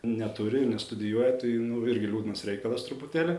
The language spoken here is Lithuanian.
neturi ir nestudijuoja tai irgi liūdnas reikalas truputėlį